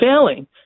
failing